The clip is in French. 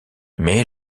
mais